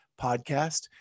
podcast